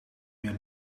meer